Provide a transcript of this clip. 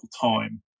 time